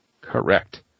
Correct